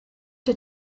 der